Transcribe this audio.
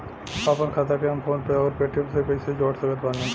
आपनखाता के हम फोनपे आउर पेटीएम से कैसे जोड़ सकत बानी?